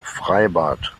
freibad